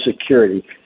security